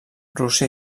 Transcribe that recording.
rússia